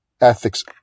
ethics